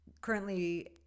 currently